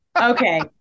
Okay